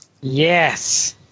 Yes